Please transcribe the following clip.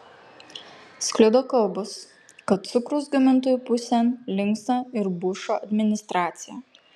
sklido kalbos kad cukraus gamintojų pusėn linksta ir bušo administracija